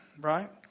right